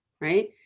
Right